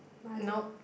nope